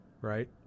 right